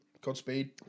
Godspeed